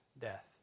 death